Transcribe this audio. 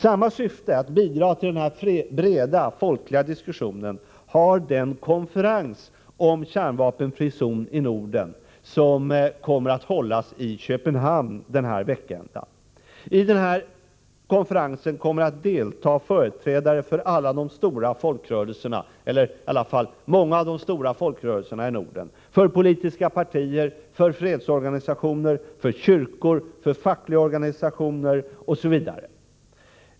Samma syfte, att bidra till den breda folkliga diskussionen, har den konferens om en kärnvapenfri zon i Norden som kommer att hållas i Köpenhamn denna veckända. I denna konferens kommer att delta företrädare för många av de stora folkrörelserna i Norden, för politiska partier, för fredsorganisationer, för kyrkor, för fackliga organisationer osv.